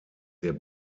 der